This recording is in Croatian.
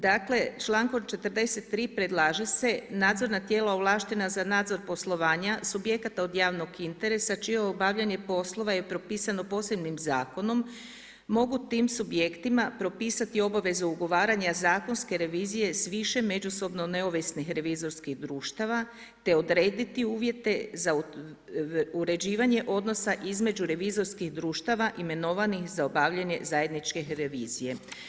Dakle člankom 43. predlaže se nadzorna tijela ovlaštena za nadzor poslovanja subjekata od javnog interesa čije obavljanje poslova je propisano posebnim zakonom, mogu tim subjektima propisati obaveze ugovaranja zakonske revizije s više međusobno neovisnih revizorskih društava te odrediti uvjete za uređivanje odnosa između revizorskih društava imenovanih za obavljanje zajedničke revizije.